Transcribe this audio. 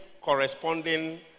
corresponding